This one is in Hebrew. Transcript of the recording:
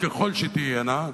שתהיינה,